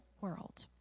world